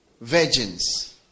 virgins